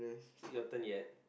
is it your turn yet